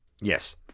yes